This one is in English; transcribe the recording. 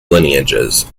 lineages